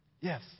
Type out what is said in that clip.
Yes